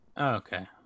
Okay